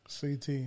CT